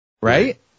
right